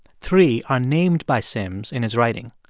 three are named by sims in his writing.